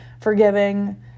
forgiving